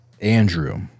Andrew